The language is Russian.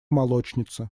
молочнице